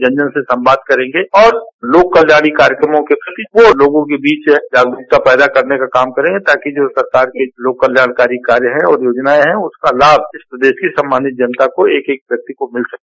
जन जन तक संवाद करेंगे और लोक कल्याणकारी कार्यक्रम के प्रति लोगों के बीच जागरूकता पैदा करने काम करेंगे ताकि जो सरकार के लोक कल्याणकारी कार्य हैं और योजनाएं हैं उसका लाभ इस प्रदेश की सम्मानित जनता को एवं व्यक्तियों को मिल सके